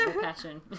passion